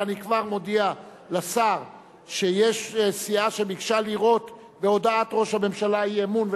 ואני כבר מודיע לשר שיש סיעה שביקשה לראות בהודעת ראש הממשלה אי-אמון,